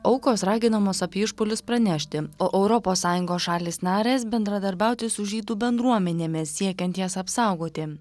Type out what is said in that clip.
aukos raginamos apie išpuolius pranešti o europos sąjungos šalys narės bendradarbiauti su žydų bendruomenėmis siekiant jas apsaugoti